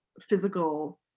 physical